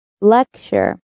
lecture